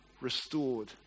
restored